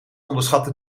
onderschatten